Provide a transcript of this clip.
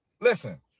listen